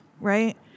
right